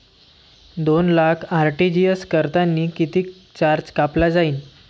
दोन लाख आर.टी.जी.एस करतांनी कितीक चार्ज कापला जाईन?